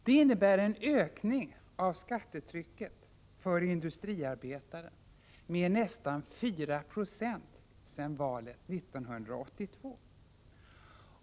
Det innebär en ökning av skattetrycket för industriarbetaren med nästan 4 96 sedan 1982.